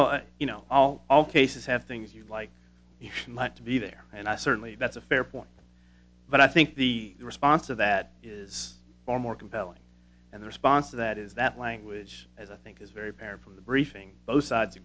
well you know all cases have things you like he might be there and i certainly that's a fair point but i think the response of that is far more compelling and the response to that is that language as i think is very apparent from the briefing both sides